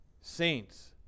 Saints